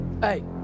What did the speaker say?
Hey